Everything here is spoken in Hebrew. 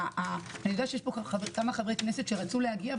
אני יודעת שיש כאן כמה חברי כנסת שרצו להגיע,